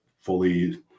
fully